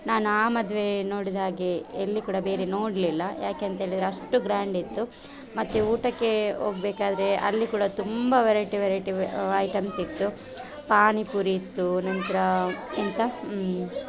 ನಾನು ಆ ಮದುವೆ ನೋಡಿದ್ಹಾಗೆ ಎಲ್ಲಿ ಕೂಡ ಬೇರೆ ನೋಡಲಿಲ್ಲ ಯಾಕೆಂತ ಹೇಳಿದ್ರೆ ಅಷ್ಟು ಗ್ರ್ಯಾಂಡಿತ್ತು ಮತ್ತು ಊಟಕ್ಕೆ ಹೋಗ್ಬೇಕಾದ್ರೆ ಅಲ್ಲಿ ಕೂಡ ತುಂಬ ವೆರೈಟಿ ವೆರೈಟಿ ವೆ ಐಟಮ್ಸ್ ಇತ್ತು ಪಾನಿಪುರಿ ಇತ್ತು ನಂತರ ಎಂಥ